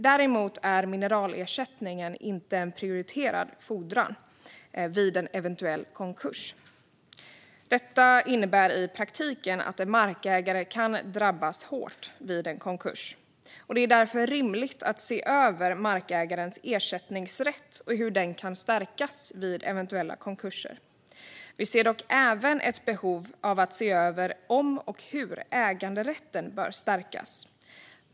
Dock är mineralersättningen inte en prioriterad fordran vid konkurs. Detta innebär i praktiken att en markägare kan drabbas hårt av en konkurs. Det är därför rimligt att se över markägarens ersättningsrätt och hur den kan stärkas vid eventuella konkurser. Vi ser även ett behov av att se över om och i så fall hur äganderätten bör stärkas.